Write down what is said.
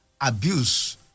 Abuse